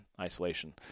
isolation